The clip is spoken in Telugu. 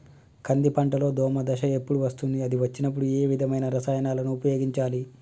కంది పంటలో దోమ దశ ఎప్పుడు వస్తుంది అది వచ్చినప్పుడు ఏ విధమైన రసాయనాలు ఉపయోగించాలి?